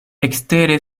ekstere